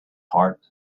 heart